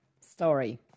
story